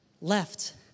left